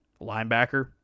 Linebacker